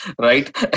right